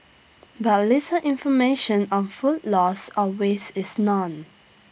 but little information on food loss or waste is known